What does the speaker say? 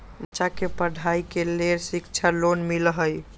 बच्चा के पढ़ाई के लेर शिक्षा लोन मिलहई?